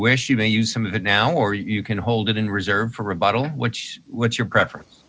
wish you may use some of the now or you can hold it in reserve for a bottle which was your preference